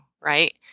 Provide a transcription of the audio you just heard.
right